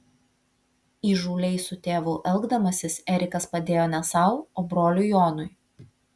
įžūliai su tėvu elgdamasis erikas padėjo ne sau o broliui jonui